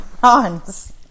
Bronze